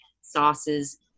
sauces